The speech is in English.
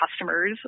customers